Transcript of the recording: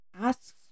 asks